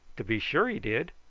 to be sure he did,